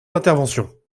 l’intervention